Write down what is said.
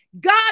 God